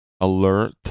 alert